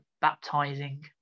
baptizing